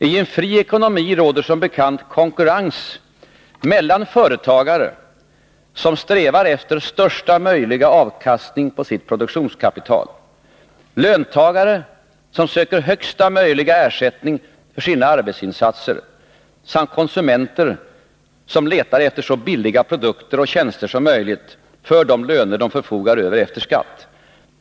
I en fri ekonomi råder som bekant konkurrens mellan företagare, som strävar efter största möjliga avkastning på sitt produktionskapital, löntagare, som söker högsta möjliga ersättning för sina arbetsinsatser, samt konsumenter, vilka letar efter så billiga produkter och tjänster som möjligt för de löner de förfogar över efter skatt.